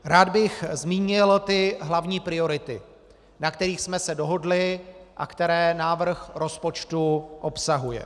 Rád bych zmínil hlavní priority, na kterých jsme se dohodli a které návrh rozpočtu obsahuje.